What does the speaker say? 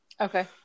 Okay